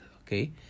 okay